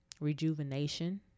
rejuvenation